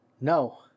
no